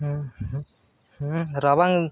ᱦᱮᱸ ᱦᱮᱸ ᱨᱟᱵᱟᱝ